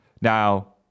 Now